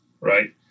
right